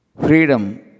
Freedom